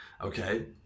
okay